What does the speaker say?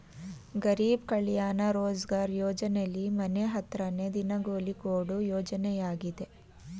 ಗರೀಬ್ ಕಲ್ಯಾಣ ರೋಜ್ಗಾರ್ ಯೋಜನೆಲಿ ಮನೆ ಹತ್ರನೇ ದಿನಗೂಲಿ ಕೊಡೋ ಯೋಜನೆಯಾಗಿದೆ